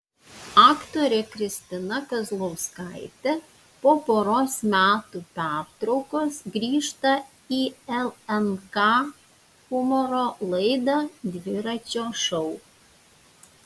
aktorė kristina kazlauskaitė po poros metų pertraukos grįžta į lnk humoro laidą dviračio šou